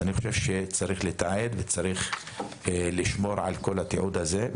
צריך לתעד את זה וצריך לשמור על התיעוד הזה.